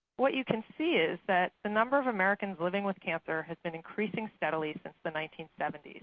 what you can see is that the number of americans living with cancer has been increasing steadily since the nineteen seventy